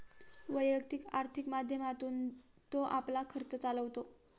वैयक्तिक आर्थिक माध्यमातून तो आपला खर्च चालवतो